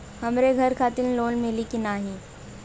हमरे घर खातिर लोन मिली की ना?